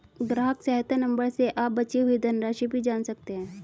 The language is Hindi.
ग्राहक सहायता नंबर से आप बची धनराशि भी जान सकते हैं